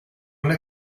una